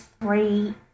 three